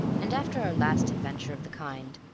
and, after our last adventure of the kind,